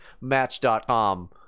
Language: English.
match.com